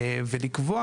ולקבוע,